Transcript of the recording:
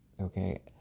Okay